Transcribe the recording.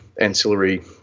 ancillary